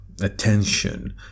attention